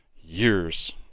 years